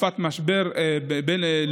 בתקופת משבר בין-לאומי,